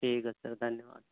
ٹھیک ہے سر دھنیہ واد